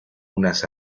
unas